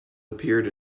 appeared